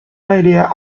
idea